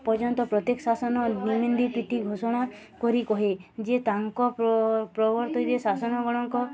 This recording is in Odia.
ପର୍ଯ୍ୟନ୍ତ ପ୍ରତ୍ୟେକ ଶାସନ ବିମେନ୍ଦି ପିଠି ଘୋଷଣା କରି କହେ ଯେ ତାଙ୍କ ପ୍ର ପ୍ରବର୍ତ୍ତୀରେ ଶାସନ